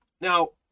now